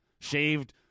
shaved